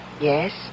Yes